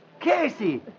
Casey